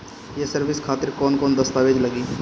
ये सर्विस खातिर कौन कौन दस्तावेज लगी?